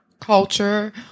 culture